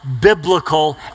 biblical